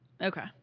okay